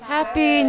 Happy